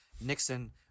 Nixon